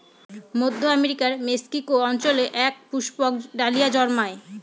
মধ্য আমেরিকার মেক্সিকো অঞ্চলে এক পুষ্পক ডালিয়া জন্মায়